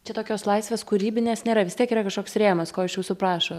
čia tokios laisvės kūrybinės nėra vis tiek yra kažkoks rėmas ko iš jūsų prašo